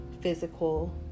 physical